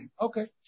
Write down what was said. Okay